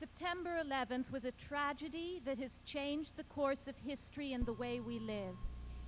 september eleventh was a tragedy that has changed the course of history and the way we live